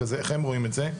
איך הם רואים את זה,